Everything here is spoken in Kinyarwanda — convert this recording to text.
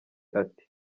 ati